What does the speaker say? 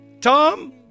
Tom